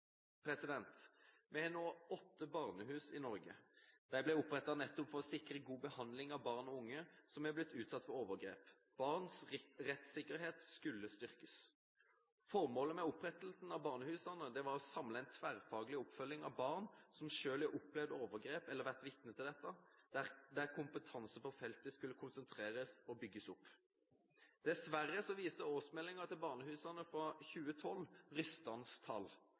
Vi har nå åtte barnehus i Norge. De ble opprettet nettopp for å sikre god behandling av barn og unge som er blitt utsatt for overgrep. Barns rettssikkerhet skulle styrkes. Formålet med opprettelsen av barnehusene var å samle en tverrfaglig oppfølging av barn som hadde opplevd overgrep eller vært vitne til dette, der kompetanse på feltet skulle konsentreres og bygges opp. Dessverre viste barnehusenes årsmelding for 2012 rystende tall.